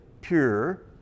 pure